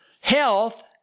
health